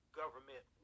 government